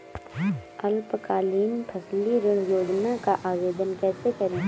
अल्पकालीन फसली ऋण योजना का आवेदन कैसे करें?